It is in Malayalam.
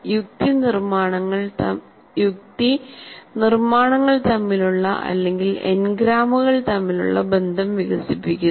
യുക്തി നിർമ്മാണങ്ങൾ തമ്മിലുള്ള അല്ലെങ്കിൽ എൻഗ്രാമുകൾ തമ്മിലുള്ള ബന്ധം വികസിപ്പിക്കുന്നു